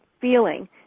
feeling